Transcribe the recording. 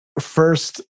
first